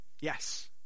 yes